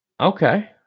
Okay